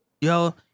yo